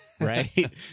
right